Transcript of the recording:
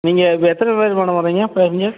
நீங்கள் இப்போ எத்தனை பேர் மேடம் வரீங்க பேசஞ்சர்